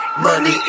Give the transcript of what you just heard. Money